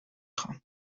خوام